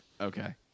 Okay